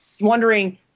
wondering